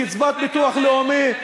קצבת ביטוח לאומי,